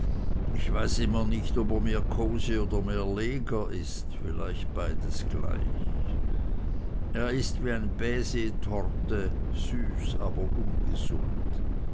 ich weiß immer nicht ob er mehr kose oder mehr leger ist vielleicht beides gleich er ist wie ne baisertorte süß aber ungesund